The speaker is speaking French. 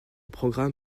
programme